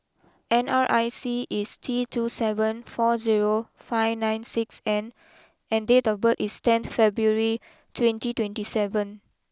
N R I C is T two seven four zero five nine six N and date of birth is tenth February twenty twenty seven